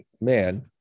man